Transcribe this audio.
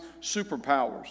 superpowers